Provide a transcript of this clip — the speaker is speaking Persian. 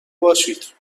باشید